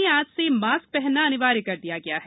प्रदेश में आज से मास्क पहनना अनिवार्य कर दिया गया है